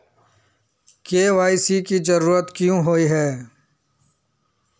KYC की जरूरत क्याँ होय है?